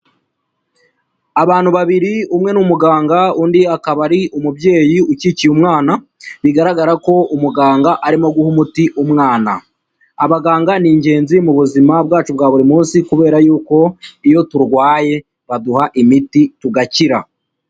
Abantu babiri, umwe ni umuganga, undi akaba ari umubyeyi ukikiye umwana, bigaragara ko umuganga arimo guha umuti umwana. Abaganga ni ingenzi mu buzima bwacu bwa buri munsi kubera yuko iyo turwaye baduha imiti tugakira.